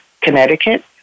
Connecticut